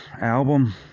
album